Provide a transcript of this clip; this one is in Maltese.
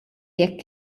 jekk